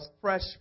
Fresh